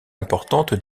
importantes